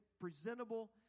presentable